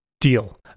deal